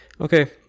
okay